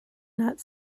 not